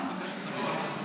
אני מבקש להגיב.